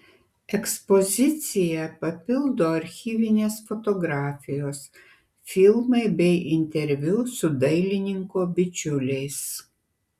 ekspoziciją papildo archyvinės fotografijos filmai bei interviu su dailininko bičiuliais